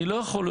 אני לא יכול,